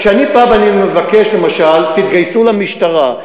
כשאני בא ואני מבקש, למשל, תתגייסו למשטרה.